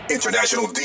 International